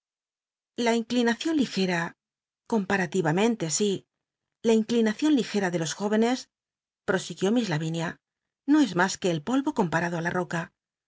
la inclinacion ligera compamtivamcnlc i la inclinacion ligcn de los jóycncs prosiguió miss lavinia no es mas que el poho comparado ü la roca